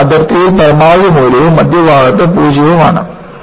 ഇത് അതിർത്തിയിൽ പരമാവധി മൂല്യവും മധ്യഭാഗത്ത് പൂജ്യവും ആണ്